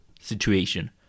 situation